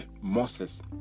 Moses